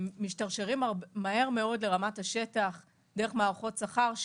משתרשרים מהר מאוד לרמת השטח דרך מערכות שכר,